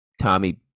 Tommy